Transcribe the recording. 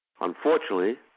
Unfortunately